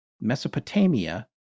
Mesopotamia